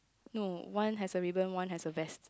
no one has a ribbon one has a vest